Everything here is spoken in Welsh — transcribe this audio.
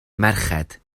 merched